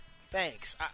thanks